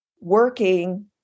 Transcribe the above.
working